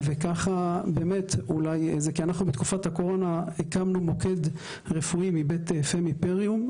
כי בתקופת הקורונה הקמנו מוקד רפואי מבית פמי פריום.